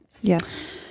Yes